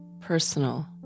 personal